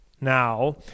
Now